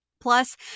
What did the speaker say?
Plus